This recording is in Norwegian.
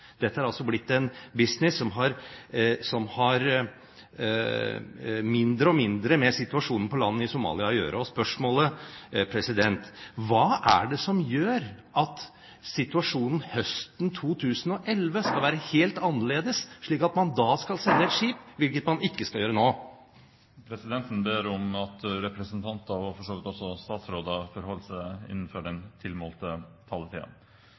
Dette har altså blitt en business som har mindre og mindre med situasjonen på land i Somalia å gjøre. Spørsmålet er: Hva er det som gjør at situasjonen høsten 2012 skal være helt annerledes, og at man da skal sende et skip –– hvilket man ikke skal gjøre nå? Presidenten ber om at representanter, og for så vidt også statsråder, holder seg innenfor